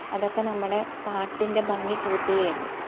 അതൊക്കെ നമ്മുടെ പാട്ടിൻ്റെ ഭംഗി കൂട്ടുകയേ ഉള്ളൂ